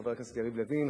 חבר הכנסת יריב לוין,